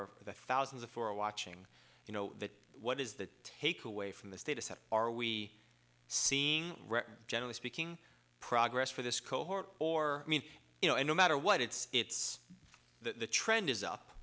or the thousands of for watching you know that what is the takeaway from this data set are we seeing generally speaking progress for this cohort or i mean you know no matter what it's it's the trend is up